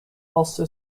also